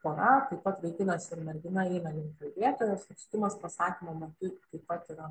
pora taip pat vaikinas ir mergina eina link kalbėtojos atstumas pasakymo metu taip pat yra